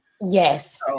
Yes